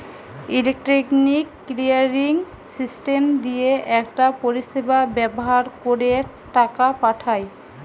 electronic clearing system দিয়ে একটা পরিষেবা ব্যাভার কোরে টাকা পাঠায়